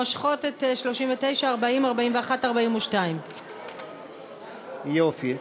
מושכות את 39, 40, 41, 42. יופי.